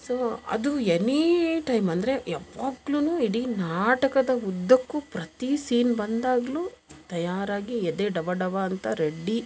so ಅದು any time ಅಂದರೆ ಯಾವಾಗಲೂನು ಇಡೀ ನಾಟಕದ ಉದ್ದಕ್ಕು ಪ್ರತಿ ಸೀನ್ ಬಂದಾಗಲೂ ತಯಾರಾಗಿ ಎದೆ ಡವ ಡವ ಅಂತ ರೆಡಿ